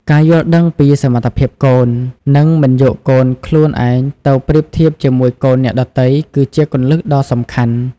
ការយល់ដឹងពីសមត្ថភាពកូន និងមិនយកកូនខ្លួនឯងទៅប្រៀបធៀបជាមួយកូនអ្នកដទៃ គឺជាគន្លឹះដ៏សំខាន់។